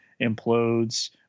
implodes